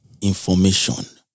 Information